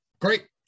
Great